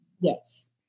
yes